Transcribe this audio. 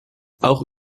auch